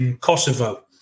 Kosovo